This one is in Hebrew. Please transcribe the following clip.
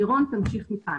מכאן תמשיך לירון.